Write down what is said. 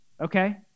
okay